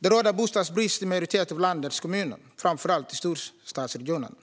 Det råder bostadsbrist i en majoritet av landets kommuner, framför allt i storstadsregionerna.